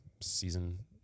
season